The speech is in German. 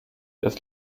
das